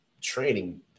training